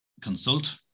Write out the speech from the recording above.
consult